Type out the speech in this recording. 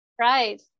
Right